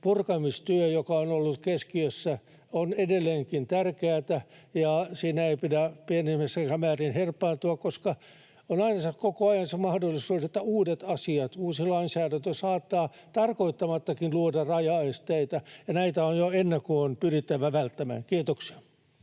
purkamistyö, joka on ollut keskiössä, on edelleenkin tärkeätä. Siinä ei pidä pienimmässäkään määrin herpaantua, koska on aina koko ajan se mahdollisuus, että uudet asiat ja uusi lainsäädäntö saattavat tarkoittamattakin luoda rajaesteitä, ja näitä on jo ennakkoon pyrittävä välttämään. — Kiitoksia.